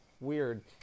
Weird